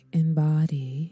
embody